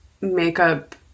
makeup